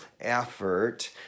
effort